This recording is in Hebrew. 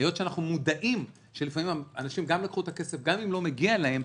היות שאנחנו מודעים לכך שאנשים לקחו את הכסף גם אם לא מגיע להם,